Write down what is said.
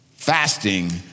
Fasting